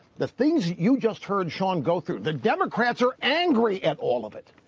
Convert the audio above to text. the things you just heard, sean go through, the democrats are angry at all of it.